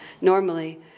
normally